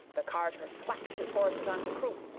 the carter thwack'd his horses on the croup,